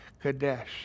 Kadesh